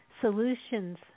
Solutions